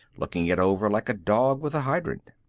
looking it over like a dog with a hydrant.